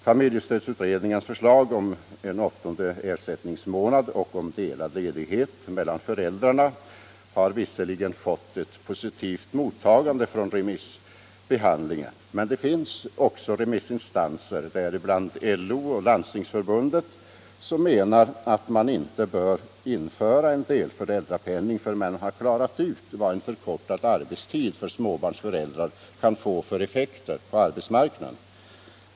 Familjestödsutredningens förslag om en åttonde ersättningsmånad och om delad ledighet mellan föräldrarna har visserligen fått ett positivt mottagande vid remissbehandlingen, men det finns också remissinstanser = däribland LO och Landstingsförbundet —- som menar att man inte bör införa en delföräldrapenning förrän man har klarat ut vad en förkortad arbetstid för småbarnsföräldrar kan få för effekter på arbetsmarknaden.